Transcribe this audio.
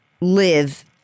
live